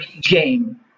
game